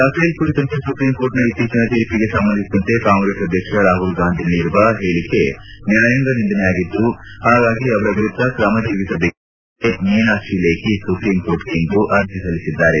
Rafale ಕುರಿತಂತೆ ಸುಪ್ರೀಂಕೋರ್ಟ್ನ ಇತ್ತೀಚಿನ ಶೀರ್ಷಿಗೆ ಸಂಬಂಧಿಸಿದಂತೆ ಕಾಂಗ್ರೆಸ್ ಅಧ್ಯಕ್ಷ ರಾಮಲ್ ಗಾಂಧಿ ನೀಡಿರುವ ಪೇಳಿಕೆ ನ್ಯಾಯಾಂಗ ನಿಂದನೆಯಾಗಿದ್ದು ಪಾಗಾಗಿ ಅವರ ವಿರುದ್ದ ಕ್ರಮ ಜರುಗಿಸಬೇಕೆಂದು ಬಿಜೆಪಿ ಸಂಸದೆ ಮೀನಾಕ್ಷಿ ಲೇಖಿ ಸುಪ್ರೀಂ ಕೋರ್ಟ್ಗೆ ಇಂದು ಅರ್ಜಿ ಸಲ್ಲಿಸಿದ್ದಾರೆ